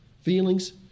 feelings